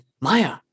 maya